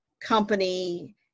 company